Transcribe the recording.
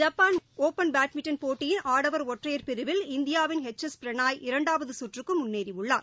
Japan open badminton போட்டியின் ஆடவர் ஒற்றையர் பிரிவில் இந்தியாவின் எச் எஸ் பிரணாய் இரண்டாவதுசுற்றுக்குமுன்னேறியுள்ளார்